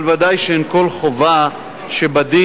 אבל ודאי שאין כל חובה שבדין,